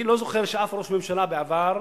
אני לא זוכר אף ראש ממשלה בעבר